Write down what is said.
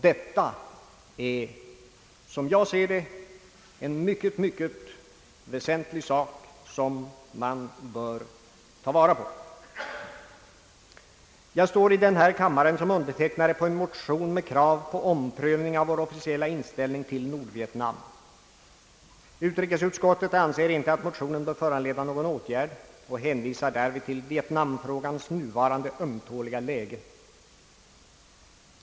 Detta är som jag ser det en mycket väsentlig sak. Jag står i denna kammare som undertecknare på en motion med krav på omprövning av vår officiella inställning till Nordvietnam. Utrikesutskottet anser inte att motionen bör föranleda någon åtgärd och hänvisar därvid till vietnamfrågans nuvarande ömtåliga läge.